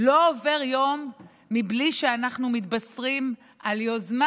לא עובר יום בלי שאנחנו מתבשרים על יוזמה